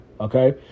Okay